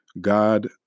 God